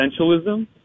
Essentialism